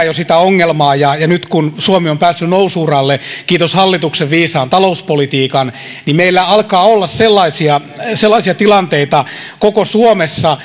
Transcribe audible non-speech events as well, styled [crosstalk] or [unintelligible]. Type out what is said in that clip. [unintelligible] jo pitkään sitä ongelmaa ja ja nyt kun suomi on päässyt nousu uralle kiitos hallituksen viisaan talouspolitiikan niin meillä alkaa olla sellaisia sellaisia tilanteita koko suomessa [unintelligible]